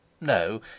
No